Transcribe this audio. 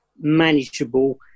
manageable